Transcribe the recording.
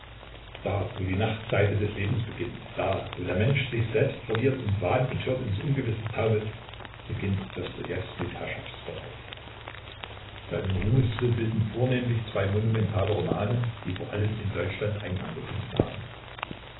da wo die nachtseite des lebens beginnt da wo der mensch sich selbst verliert und wahnbetört ins ungewisse taumelt beginnt dostojewskis herrschaftsbereich seinen ruhmestitel bilden vornehmlich zwei monumentale romane die vor allem in deutschland eingang gefunden haben